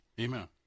Amen